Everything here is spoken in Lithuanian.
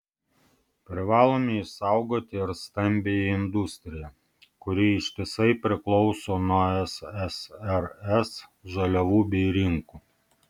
privalome išsaugoti ir stambiąją industriją kuri ištisai priklauso nuo ssrs žaliavų bei rinkų